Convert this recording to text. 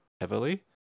heavily